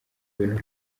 ibintu